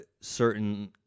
certain